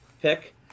pick